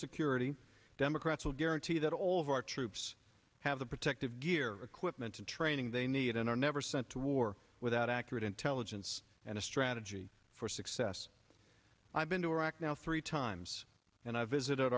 security democrats will guarantee that all of our troops have the protective gear equipment and training they need and are never sent to war without accurate intelligence and a strat g for success i've been to iraq now three times and i visit